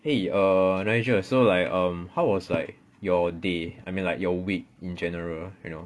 !hey! err nigel so like um how was like your day I mean like your week in general you know